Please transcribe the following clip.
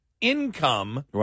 income